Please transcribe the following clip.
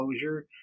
closure